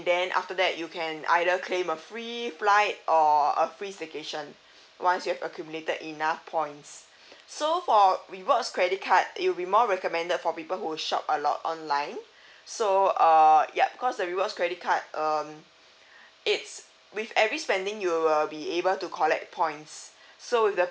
then after that you can either claim a free flight or a free staycation once you've accumulated enough points so for rewards credit card it will be more recommended for people who shop a lot online so uh yup cause the rewards credit card uh it's with every spending you will be able to collect points so with the